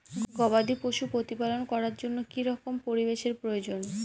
গবাদী পশু প্রতিপালন করার জন্য কি রকম পরিবেশের প্রয়োজন?